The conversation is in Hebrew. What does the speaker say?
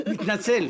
תתנצל.